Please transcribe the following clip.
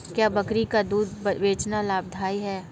क्या बकरी का दूध बेचना लाभदायक है?